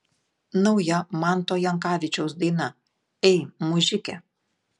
nauja manto jankavičiaus daina ei mužike